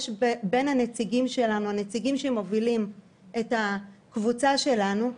בין הנציגים שלנו שמובילים את הקבוצה שלנו,